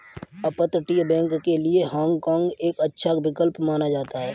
अपतटीय बैंक के लिए हाँग काँग एक अच्छा विकल्प माना जाता है